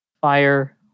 fire